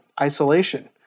isolation